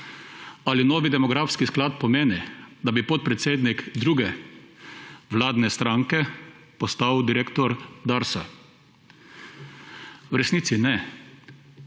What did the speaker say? Ali novi demografski sklad pomeni, da bi podpredsednik druge vladne stranke postal direktor Darsa? V resnici ne.